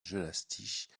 jellachich